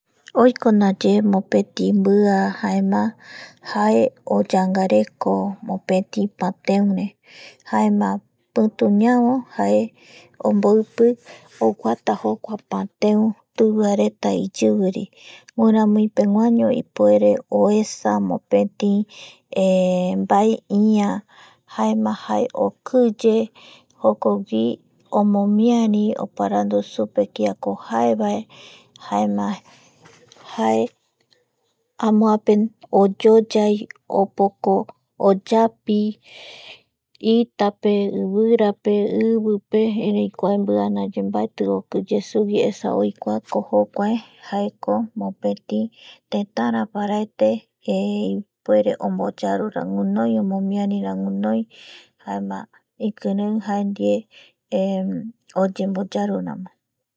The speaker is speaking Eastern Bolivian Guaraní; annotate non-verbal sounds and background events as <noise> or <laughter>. Oiko ndaye mopeti mbia jaema jae oyangareko mopeti pateure jaema pituñavo jae <noise> omboipi oguata jokua pateu tiviatreta iyiviri guiramuipeguaño jae ipuere oesa <hesitation> ïa jaema okiye jokogui omomiari oparandu supe kiako jaevae jaema <noise> jae amoape <noise> oyoyai <noise> opoko oyapi <noise> itap,e ivirape, ivipe, ereiko kua mbia ndaye mbaeti okiye sugui esa oikuako jae jokuae mopeti tetaraparaete <hesitation> ipuere omboyarura guinoi, omomiarira guinoi jaema ikirei jae ndie <hesitation> oyemboyaruramo.